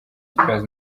spears